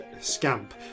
Scamp